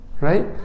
right